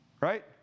Right